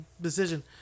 decision